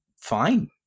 fine